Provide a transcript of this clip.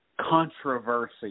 controversy